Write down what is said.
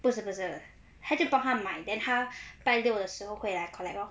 不是不是他就帮她买 then 她拜六的时候会来 collect lor